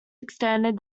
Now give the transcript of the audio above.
extended